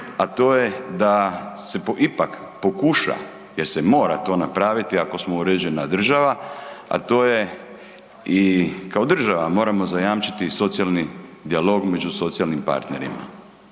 a to je da se ipak pokuša jer se mora to napraviti ako smo uređena država, a to je i kao država moramo zajamčiti socijalni dijalog među socijalnim partnerima,